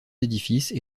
édifices